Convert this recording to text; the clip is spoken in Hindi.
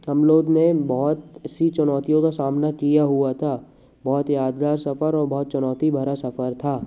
हम लोग ने बहुत सी चुनौतियों का सामना किया हुआ था बहुत यादगार सफर और बहुत चुनौती भरा सफर था